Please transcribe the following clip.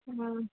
हा